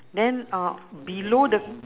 then uh below the